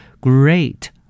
Great